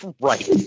Right